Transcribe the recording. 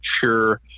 sure